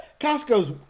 Costco's